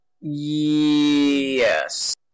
Yes